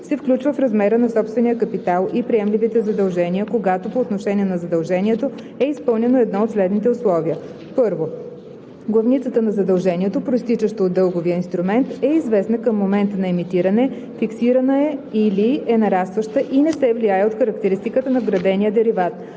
се включва в размера на собствения капитал и приемливите задължения, когато по отношение на задължението е изпълнено едно от следните условия: 1. главницата на задължението, произтичащо от дълговия инструмент, е известна към момента на емитиране, фиксирана е или е нарастваща и не се влияе от характеристиката на вградения дериват,